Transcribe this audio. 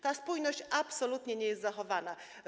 Ta spójność absolutnie nie jest zachowana.